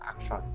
action